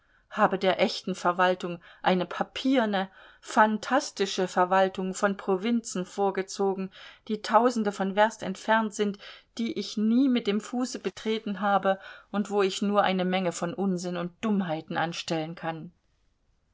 habe der echten verwaltung eine papierne phantastische verwaltung von provinzen vorgezogen die tausende von werst entfernt sind die ich nie mit dem fuße betreten habe und wo ich nur eine menge von unsinn und dummheiten anstellen kann